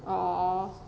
!aww!